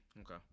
Okay